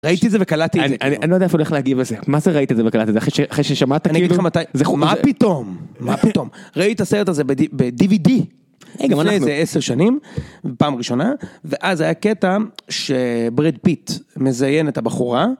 ראיתי את זה וקלטתי את זה, אני לא יודע אפילו איך להגיב לזה, מה זה ראיתי את זה וקלטתי את זה, אחרי ששמעת כאילו, אני אגיד לך מתי - מה פתאום, מה פתאום, ראיתי את הסרט הזה ב-DVD - היי גם אנחנו - לפני איזה עשר שנים, פעם ראשונה, ואז היה קטע שבראד פיט מזיין את הבחורה,